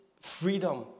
freedom